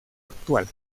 actual